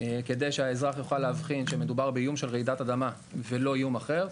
כדי שהאזרח יוכל להבחין שמדובר באיום של רעידת אדמה ולא איום אחר.